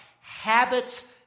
Habits